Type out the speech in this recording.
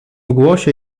głosie